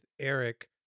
Eric